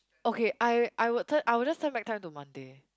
okay I I would turn I would just turn back time to Monday